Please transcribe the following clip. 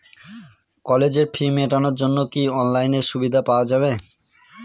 কলেজের ফি মেটানোর জন্য কি অনলাইনে সুবিধা পাওয়া যাবে?